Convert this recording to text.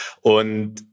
und